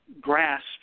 grasp